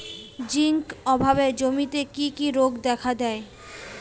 Zinc অভাবে জমিতে কি কি রোগ দেখাদেয়?